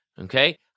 okay